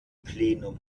plenum